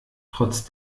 trotz